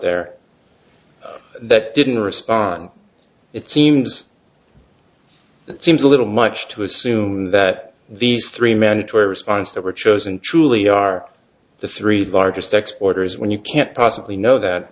there that didn't respond it seems that seems a little much to assume that these three mandatory response that were chosen truly are the three largest exporters when you can't possibly know that